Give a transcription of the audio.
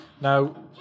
Now